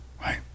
right